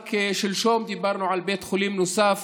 רק שלשום דיברנו על בית חולים נוסף